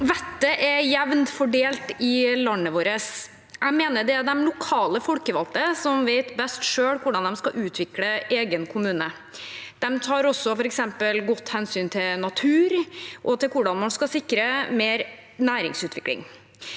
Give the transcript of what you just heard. Vettet er jevnt fordelt i landet vårt. Jeg mener det er de lokale folkevalgte som selv vet best hvordan man skal utvikle egen kommune. De tar også godt hensyn til natur og til hvordan man skal sikre mer næringsutvikling.